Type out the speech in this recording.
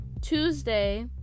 Tuesday